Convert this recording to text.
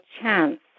chance